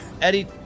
Eddie